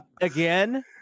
again